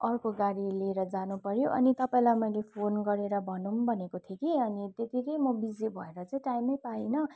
अर्को गाडी लिएर जानु पऱ्यो अनि तपाईँलाई मैले फोन गरेर भनौँ भनेको थिएँ कि अनि त्यतिकै म बिजी भएर चाहिँ टाइम नै पाइन